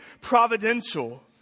providential